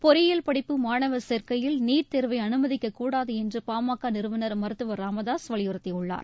பொறியியல் படிப்பு மாணவர் சேர்க்கையில் நீட் தேர்வை அனுமதிக்கக்கூடாது என்று பாமக நிறுவனர் மருத்துவர் ச ராமதாசு வலியுறுத்தியுள்ளார்